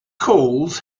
calls